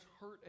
hurt